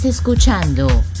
Escuchando